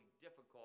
difficult